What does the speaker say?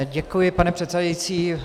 Děkuji, pane předsedající.